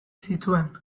zituen